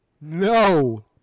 No